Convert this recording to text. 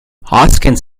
hoskins